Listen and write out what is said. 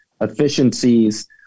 efficiencies